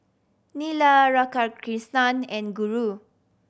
Neila Radhakrishnan and Guru